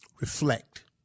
reflect